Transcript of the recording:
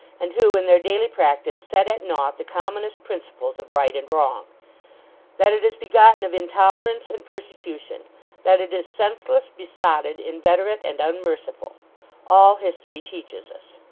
and who in their daily practice set at nought the commonest principles of right and wrong that it is begotten of intolerance and persecution that it is senseless, besotted, inveterate and unmerciful all history teaches us.